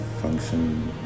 function